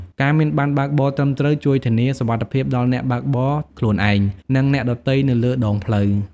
ការមានប័ណ្ណបើកបរត្រឹមត្រូវ ជួយធានាសុវត្ថិភាពដល់អ្នកបើកបរខ្លួនឯង និងអ្នកដទៃនៅលើដងផ្លូវ។